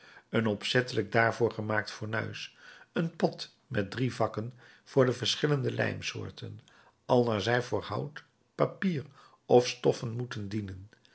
een opzettelijk daarvoor gemaakt fornuis een pot met drie vakken voor de verschillende lijmsoorten al naar zij voor hout papier of stoffen moeten dienen